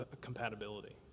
compatibility